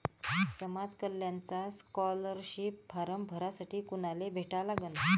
समाज कल्याणचा scholarship form भरासाठी कुनाले भेटा लागन?